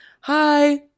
hi